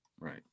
Right